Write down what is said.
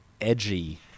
edgy